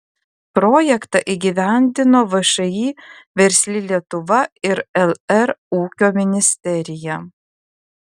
projektą įgyvendino všį versli lietuva ir lr ūkio ministerija